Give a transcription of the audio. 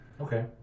Okay